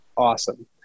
Awesome